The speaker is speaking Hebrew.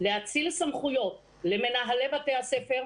להאציל סמכויות למנהלי בתי הספר,